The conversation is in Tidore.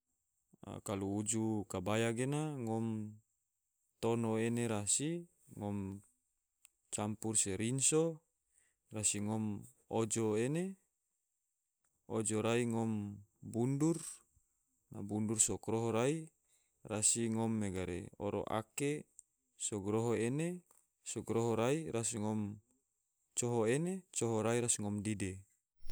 Kalo uju kabaya gena ngom tono ene rasi, ngom campur se rinso, rasi ngom ojo ene, ojo rai ngom bundur, bundur so koroho rai, rasi ngom oro ake, so koroho ene, so koroho rai rasi ngom coho ene, coho rai rasi ngom dide